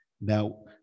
Now